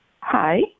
Hi